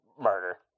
murder